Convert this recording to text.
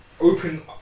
open